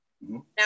Now